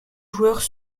joueurs